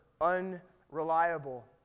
unreliable